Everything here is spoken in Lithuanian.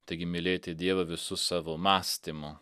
taigi mylėti dievą visu savo mąstymu